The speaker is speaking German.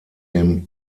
dem